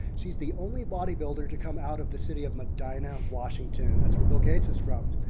she's the only bodybuilder to come out of the city of medina, washington. that's where bill gates is from,